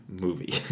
movie